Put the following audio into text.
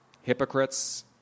hypocrites